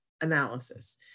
analysis